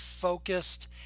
Focused